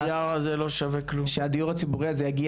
שהנייר הזה לא שווה כלום שהדיור הציבורי הזה יגיע